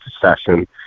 session